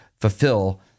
fulfill